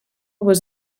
was